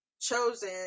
chosen